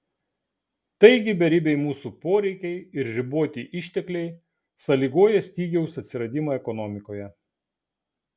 taigi beribiai mūsų poreikiai ir riboti ištekliai sąlygoja stygiaus atsiradimą ekonomikoje